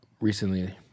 recently